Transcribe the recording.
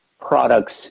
products